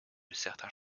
certains